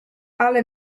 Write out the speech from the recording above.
ale